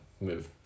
move